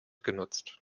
genutzt